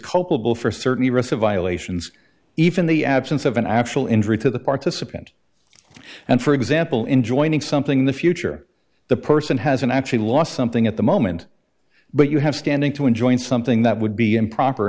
culpable for certain the risk of violations even the absence of an actual injury to the participant and for example in joining something in the future the person hasn't actually lost something at the moment but you have standing to enjoin something that would be improper